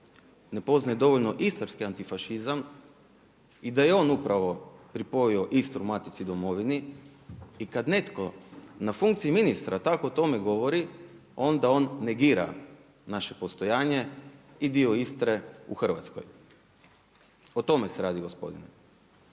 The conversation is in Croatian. ne poznaje dovoljno istarski antifašizam i da je on upravo pripojio Istru matici domovinu. I kad netko na funkciji ministra tako o tome govori onda on negira naše postojanje i dio Istre u Hrvatskoj. O tome se radi gospodine.